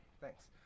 Thanks